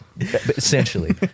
Essentially